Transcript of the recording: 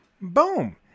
Boom